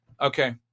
Okay